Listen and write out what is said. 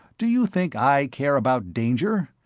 do you think i care about danger?